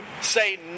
say